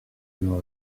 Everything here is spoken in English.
new